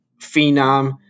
phenom